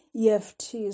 EFTs